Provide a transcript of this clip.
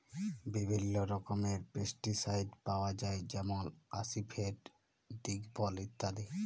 বিভিল্ল্য রকমের পেস্টিসাইড পাউয়া যায় যেমল আসিফেট, দিগফল ইত্যাদি